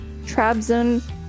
Trabzon